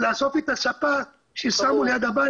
את הספה ששמו ליד הבית.